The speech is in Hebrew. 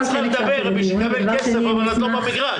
את צריכה לדבר בשביל לקבל כסף אבל את לא במגרש.